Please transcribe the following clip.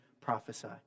prophesy